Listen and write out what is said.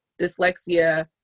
dyslexia